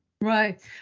Right